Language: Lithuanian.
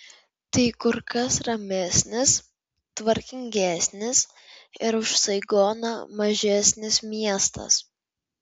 tai kur kas ramesnis tvarkingesnis ir už saigoną mažesnis miestas